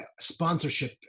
sponsorship